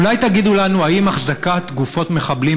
אולי תגידו לנו אם החזקת גופות מחבלים